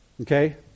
okay